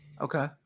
Okay